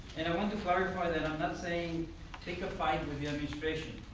and i want to clarify that i'm not saying take a fight with the administration.